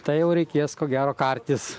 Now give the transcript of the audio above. tai jau reikės ko gero kartis